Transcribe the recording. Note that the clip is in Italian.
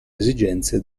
esigenze